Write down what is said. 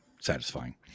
satisfying